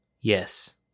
Yes